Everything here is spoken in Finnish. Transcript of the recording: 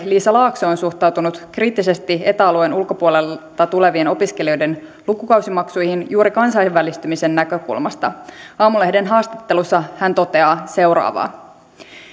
liisa laakso on suhtautunut kriittisesti eta alueen ulkopuolelta tulevien opiskelijoiden lukukausimaksuihin juuri kansainvälistymisen näkökulmasta aamulehden haastattelussa hän toteaa seuraavaa